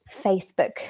Facebook